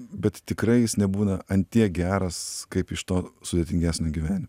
bet tikrai jis nebūna ant tiek geras kaip iš to sudėtingesnio gyvenimo